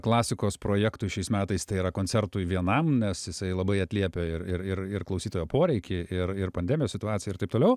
klasikos projektui šiais metais tai yra koncertui vienam nes jisai labai atliepia ir ir ir ir klausytojo poreikį ir ir pandemijos situaciją ir taip toliau